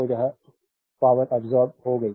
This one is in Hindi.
तो यह पावरअब्सोर्बेद हो गई